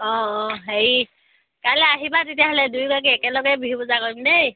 অঁ অঁ হেৰি কাইলৈ আহিবা তেতিয়াহ'লে দুইগৰাকী একেলগে বিহু বজাৰ কৰিম দেই